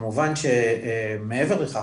כמובן שמעבר לכך